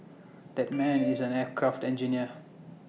that man is an aircraft engineer